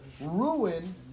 ruin